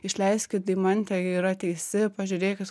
išleiskit deimantę ji yra teisi pažiūrėkit